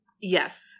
Yes